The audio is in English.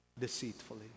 deceitfully